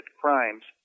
crimes